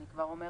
אני כבר אומרת.